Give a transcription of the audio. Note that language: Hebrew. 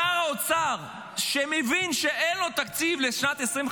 שר אוצר שמבין שאין לו תקציב לשנת 2025